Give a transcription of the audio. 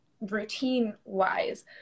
routine-wise